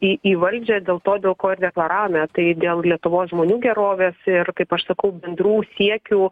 į į valdžią dėl to dėl ko ir deklaravome tai dėl lietuvos žmonių gerovės ir kaip aš sakau bendrų siekių